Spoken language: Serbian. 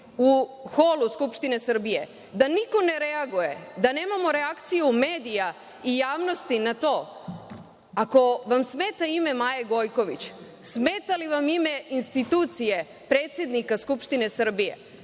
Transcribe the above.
u holu Skupštine Srbije, da niko ne reaguje, da nemamo reakciju medija i javnosti na to. Ako vam smeta ime Maja Gojković, smeta li vam ime institucije predsednika Skupštine Srbije?